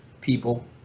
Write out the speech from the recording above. people